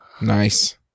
Nice